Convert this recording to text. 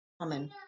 Amen